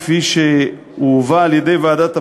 כפי שהוא הובא על-ידי ועדת הפנים,